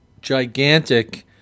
gigantic